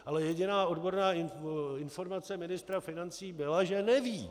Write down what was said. Ale jediná odborná informace ministra financí byla, že neví.